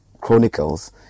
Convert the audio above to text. Chronicles